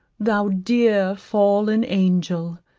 thou dear, fallen angel,